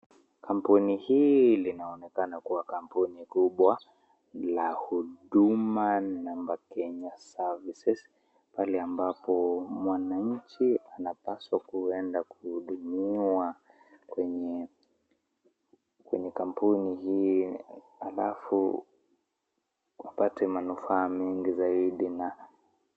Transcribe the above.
Kampuni hii inaonekana kua kampuni kubwa la huduma Kunya services ambapo mwananchi anapaswa kuenda kuhudumiwa kwenyev kampuni hii alafu upate manufaa mingi zaidi.